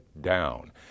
down